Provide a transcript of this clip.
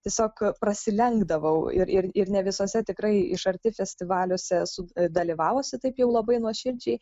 tiesiog prasilenkdavau ir ir ir ne visuose tikrai iš arti festivaliuose esu dalyvavusi taip jau labai nuoširdžiai